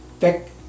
Tech